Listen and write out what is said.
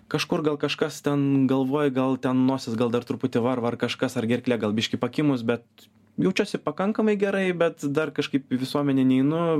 kažkur gal kažkas ten galvoj gal ten nosis gal dar truputį varva ar kažkas ar gerklė gal biškį pakimus bet jaučiuosi pakankamai gerai bet dar kažkaip į visuomenę neinu